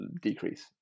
decrease